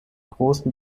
großen